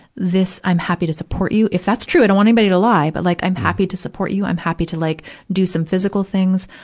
this, i'm happy to support you if that's true i don't want anybody to lie, but like i'm happy to support you. i'm happy to like do some physical things.